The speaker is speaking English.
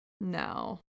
No